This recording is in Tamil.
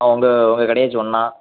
உங்கள் உங்கள் கடைய சொன்னான்